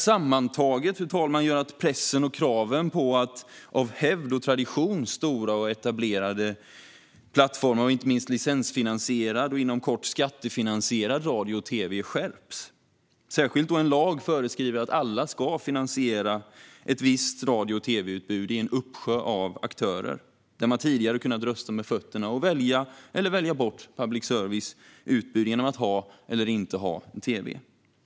Sammantaget gör detta, fru talman, att pressen och kraven på av hävd och tradition stora och etablerade plattformar skärps, inte minst licensfinansierad och inom kort skattefinansierad radio och tv. Detta gäller särskilt då en lag föreskriver att alla ska finansiera ett visst radio och tv-utbud i en uppsjö av aktörer där man tidigare har kunnat rösta med fötterna och välja, eller välja bort, utbudet från public service genom att ha eller inte ha tv.